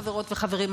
חברות וחברים,